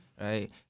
right